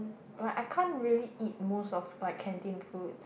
like I can't really eat most of like canteen food